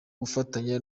gufatanya